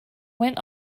went